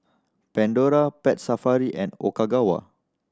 Pandora Pet Safari and Ogawa